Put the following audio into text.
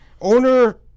Owner